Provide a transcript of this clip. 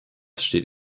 steht